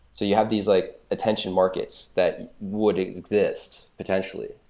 so you have these like attention markets that would exist potentially.